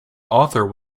author